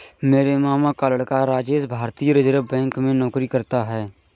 मेरे मामा का लड़का राजेश भारतीय रिजर्व बैंक में नौकरी करता है